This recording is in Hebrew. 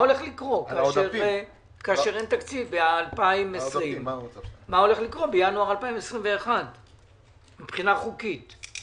כאשר אין תקציב ב-2020 מה הולך לקרות בינואר 2021 מבחינה חוקית?